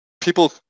people